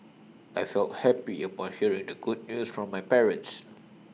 I felt happy upon hearing the good news from my parents